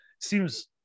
seems